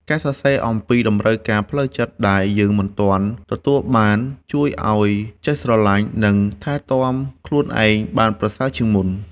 ការសរសេរអំពីតម្រូវការផ្លូវចិត្តដែលយើងមិនទាន់ទទួលបាន ជួយឱ្យយើងចេះស្រឡាញ់ និងថែទាំខ្លួនឯងបានប្រសើរជាងមុន។